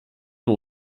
nur